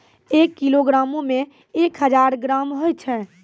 एक किलोग्रामो मे एक हजार ग्राम होय छै